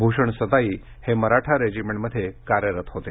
भूषण सताई हे मराठा रेजिमेंट मध्ये कार्यरत होते